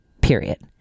period